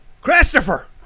Christopher